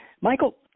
Michael